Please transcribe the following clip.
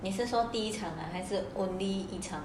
你是说第一场还是 only 一场